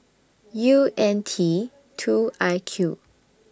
U N T two I Q